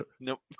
Nope